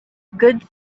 good